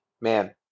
man